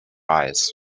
eyes